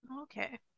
okay